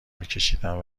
میکشیدم